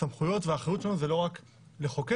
מהסמכויות שלנו זה גם לפקח.